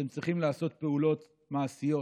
אתם צריכים לעשות פעולות מעשיות